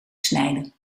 snijden